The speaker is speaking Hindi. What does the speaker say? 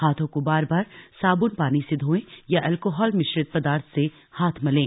हांथों को बार बार साबुन पानी से धोएं या अल्कोहल मिश्रित पदार्थ से हाथ मलें